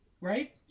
right